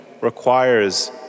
requires